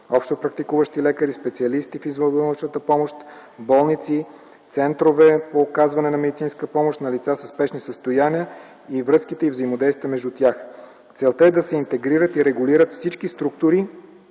общопрактикуващи лекари, специалисти в извънболничната помощ, болници, центрове по оказване на медицинска помощ на лица със спешни състояния и връзките и взаимодействието между тях. Целта е да се интегрират и регулират всички структури